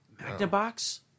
Magnabox